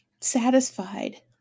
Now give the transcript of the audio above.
satisfied